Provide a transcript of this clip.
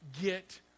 get